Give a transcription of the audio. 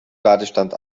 ladestand